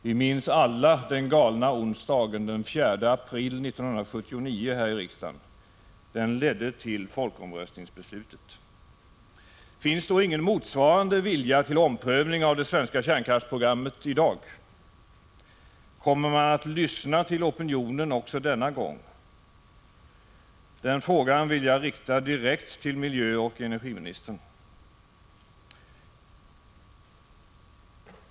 Vi minns alla ”den galna onsdagen”, den 4 april 1979, här i riksdagen. Den ledde till folkomröstningsbeslutet. Finns då ingen motsvarande vilja till omprövning av det svenska kärnkraftsprogrammet i dag? Kommer man att lyssna till opinionen också denna gång? Den frågan vill jag rikta direkt till miljöoch energiministern.